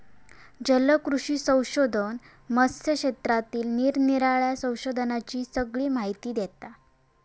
जलकृषी संशोधन मत्स्य क्षेत्रातील निरानिराळ्या संशोधनांची सगळी माहिती देता